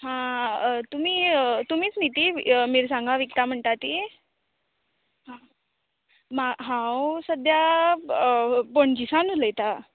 हां तुमी तुमीच न्ही ती मिरसांगो विकता म्हणटा ती आं म्हा हांव सद्द्या पणजीसान उलयता